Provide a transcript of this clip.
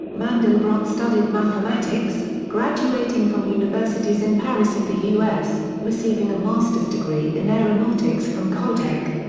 mandelbrot studied mathematics, graduating from universities in paris and the u s, receiving a masters degree in aeronautics from caltech.